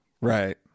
right